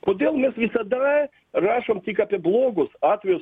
kodėl mes visada rašom tik apie blogus atvejus